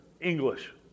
English